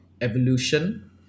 evolution